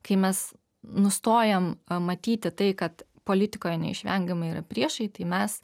kai mes nustojam matyti tai kad politikoje neišvengiamai yra priešai tai mes